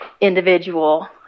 individual